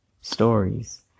stories